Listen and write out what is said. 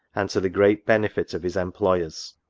and to the great benefit of his employers.